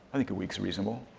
i think a week's reasonable.